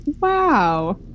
Wow